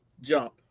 jump